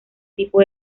tipo